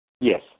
Yes